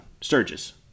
Sturgis